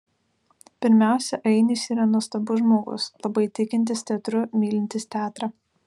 pirmiausia ainis yra nuostabus žmogus labai tikintis teatru mylintis teatrą